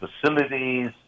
facilities